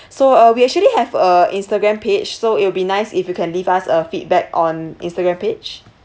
so uh we actually have a Instagram page so it will be nice if you can leave us a feedback on Instagram page